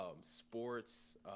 sports